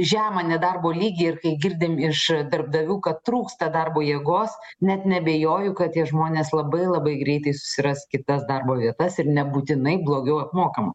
žemą nedarbo lygį ir kai girdim iš darbdavių kad trūksta darbo jėgos net neabejoju kad tie žmonės labai labai greitai susiras kitas darbo vietas ir nebūtinai blogiau apmokama